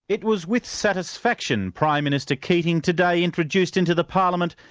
it was with satisfaction prime minister keating today introduced into the parliament,